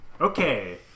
okay